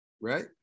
right